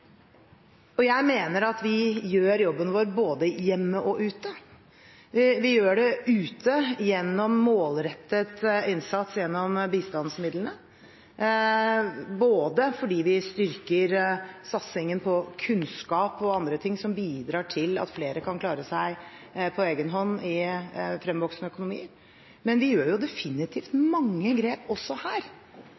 Jeg mener at vi gjør jobben vår både hjemme og ute. Vi gjør det ute gjennom målrettet innsats gjennom bistandsmidlene, fordi vi styrker satsingen på kunnskap og andre ting som bidrar til at flere kan klare seg på egen hånd i fremvoksende økonomier. Men vi gjør definitivt